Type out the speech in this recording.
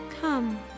Come